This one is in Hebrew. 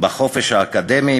בחופש האקדמי,